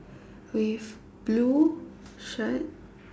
with blue shirt